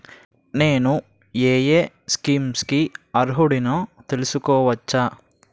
నేను యే యే స్కీమ్స్ కి అర్హుడినో తెలుసుకోవచ్చా?